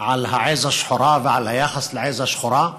על העז השחורה ועל היחס לעז השחורה.